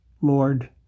Lord